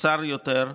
קצר יותר,